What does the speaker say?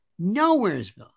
Nowhere'sville